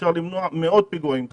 אפשר למנוע מאות פיגועים כאלה.